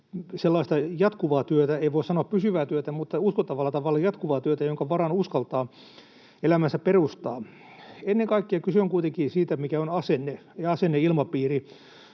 jatkuvaa työtä — ei voi sanoa pysyvää työtä, mutta uskottavalla tavalla jatkuvaa työtä — jonka varaan uskaltaa elämänsä perustaa. Ennen kaikkea kyse on kuitenkin siitä, mikä on asenne ja asenneilmapiiri,